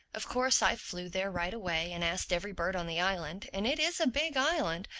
of course i flew there right away and asked every bird on the island and it is a big island,